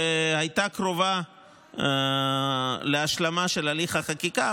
והייתה קרובה להשלמה של הליך החקיקה,